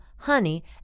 honey